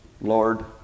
Lord